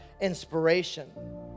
inspiration